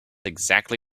exactly